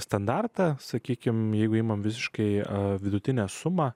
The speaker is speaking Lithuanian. standartą sakykime jeigu imame visiškai vidutinę sumą